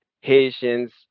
Haitians